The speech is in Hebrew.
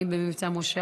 אני במבצע משה,